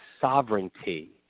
sovereignty